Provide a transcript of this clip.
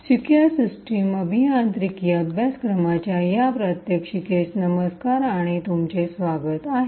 secure system अभियांत्रिकी अभ्यासक्रमाच्या या प्रात्यक्षिकेस नमस्कार आणि त्यांचे स्वागत आहे